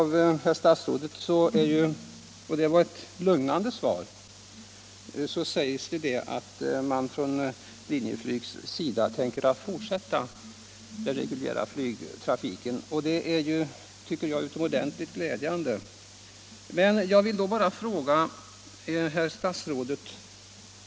I det lugnande svar jag nu har fått av herr statsrådet sägs det att Linjeflyg tänker fortsätta den reguljära flygtrafiken, och det är utomordentligt glädjande. Men jag vill ställa två frågor till herr statsrådet.